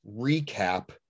recap